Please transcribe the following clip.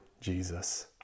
jesus